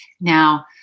Now